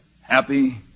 Happy